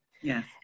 Yes